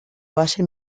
base